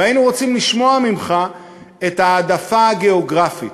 והיינו רוצים לשמוע ממך את ההעדפה הגיאוגרפית,